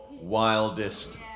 wildest